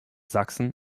sachsen